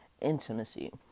intimacy